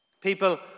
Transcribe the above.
People